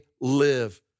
live